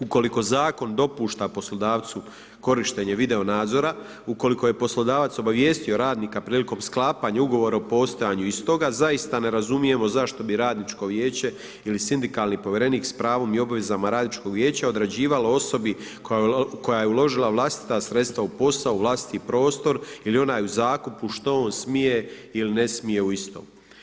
U koliko zakon dopušta poslodavcu korištenje video nadzora, u koliko je poslodavac obavijestio radnika prilikom sklapanja ugovora o postojanju istoga, zaista ne razumijemo zašto bi Radničko vijeće ili sindikalni povjerenik s pravom i obvezama Radničkog vijeća određivalo osobi koja je uložila vlastita sredstva u posao u vlastiti prostor ili onaj u zakupu, što on smije ili ne smije u istom?